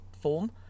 form